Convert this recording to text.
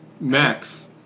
Max